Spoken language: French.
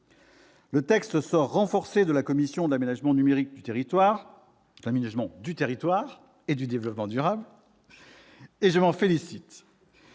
Le texte sort renforcé de son examen par la commission de l'aménagement du territoire et du développement durable, et je m'en félicite.